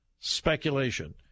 speculation